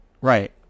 right